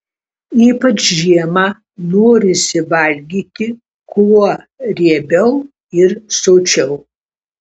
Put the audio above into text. ypač žiemą norisi valgyti kuo riebiau ir sočiau